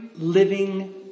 living